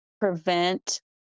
prevent